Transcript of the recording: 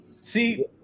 see